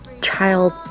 child